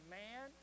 man